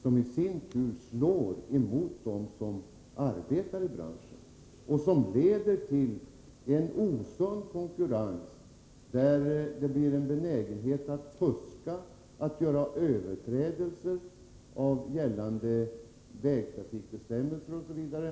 En sådan slår emot dem som arbetar i branschen och leder till en osund konkurrens med åtföljande benägenhet att fuska och att göra överträdelser av gällande vägtrafikbestämmelser osv.